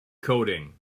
coding